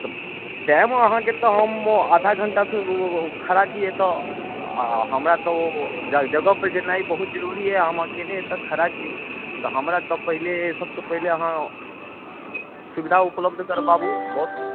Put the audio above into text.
तऽ टाइम अहाँके तऽ हम आधा घण्टासँ खड़ा छी एतौ आओर हमरा तऽ जगह पर जेनाइ बहुत जरूरी अय हम अहाँके अकेले एतौ खड़ा छी तऽ हमरा तऽ पहिले सब पहिले अहाँ सुविधा उपलब्ध करबाबू बस